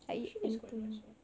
mushroom is quite nice [what]